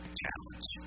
challenge